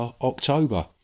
october